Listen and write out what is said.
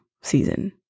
season